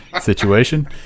situation